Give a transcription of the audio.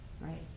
right